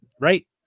right